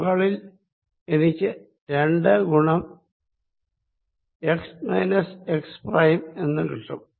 മുകളിൽ എനിക്ക് രണ്ട് ഗുണം എക്സ് മൈനസ്എക്സ് പ്രൈം എന്ന് കിട്ടും